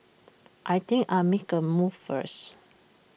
I think I'll make A move first